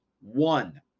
one